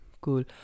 Cool